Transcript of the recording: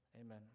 amen